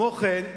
כמו כן,